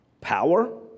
power